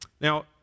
Now